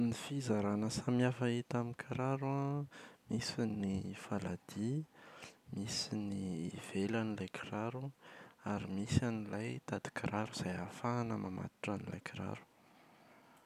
Ny fizarana samihafa hita amin’ny kiraro an: misy ny faladia, misy ny ivelan’ilay kiraro ary misy an’ilay tady kiraro izay ahafahana mamatotra an’ilay kiraro.